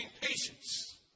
patience